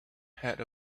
had